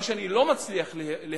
מה שאני לא מצליח להבין,